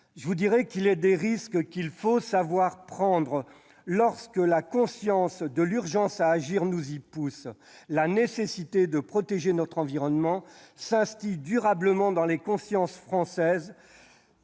américain. Il est des risques qu'il faut savoir prendre lorsque l'urgence à agir nous y pousse. La nécessité de protéger notre environnement s'instille durablement dans les consciences françaises,